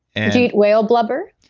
and eat whale blubber?